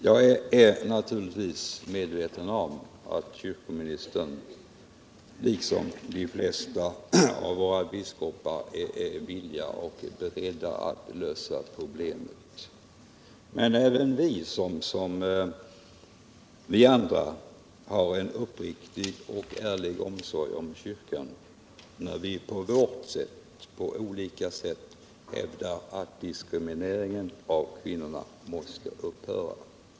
Jag är naturligtvis medveten om att kyrkoministern liksom de flesta av våra biskopar är villig och beredd att lösa problemet, men även vi andra har en uppriktig och ärlig omsorg när vi på våra olika sätt hävdar att diskrimineringen av kvinnorna måste upphöra.